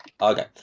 okay